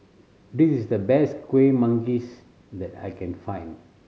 this is the best Kuih Manggis that I can find